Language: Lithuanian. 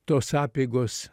tos apeigos